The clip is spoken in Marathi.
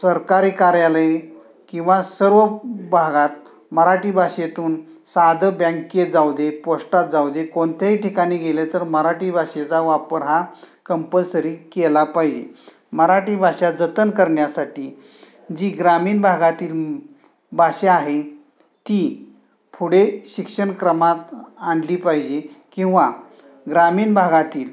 सरकारी कार्यालय किंवा सर्व भागात मराठी भाषेतून साधं बँकेत जाऊ दे पोस्टात जाऊ दे कोणत्याही ठिकाणी गेलं तर मराठी भाषेचा वापर हा कंपल्सरी केला पाहिजे मराठी भाषा जतन करण्यासाठी जी ग्रामीण भागातील भाषा आहे ती पुढे शिक्षणक्रमात आणली पाहिजे किंवा ग्रामीण भागातील